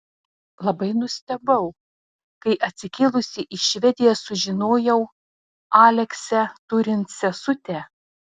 labai nustebau kai atsikėlusi į švediją sužinojau aleksę turint sesutę